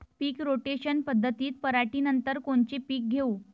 पीक rotation पद्धतीत पराटीनंतर कोनचे पीक घेऊ?